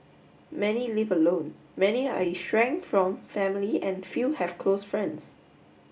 many live alone many are from family and few have close friends